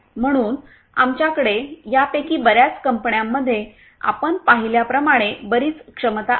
म्हणून आमच्याकडे यापैकी बर्याच कंपन्यांमध्ये आपण पाहिल्याप्रमाणे बरीच क्षमता आहे